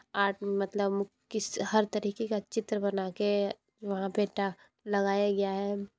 आट मतलम किस हर तरीके की का चित्र बनाके वहाँ पे लगाया गया है